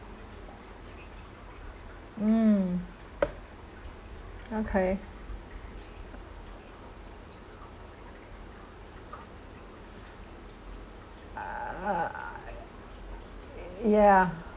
mm okay uh yeah